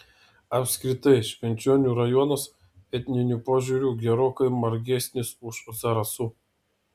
apskritai švenčionių rajonas etniniu požiūriu gerokai margesnis už zarasų